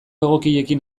egokiekin